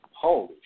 Holy